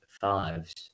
Fives